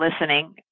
listening